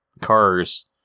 Cars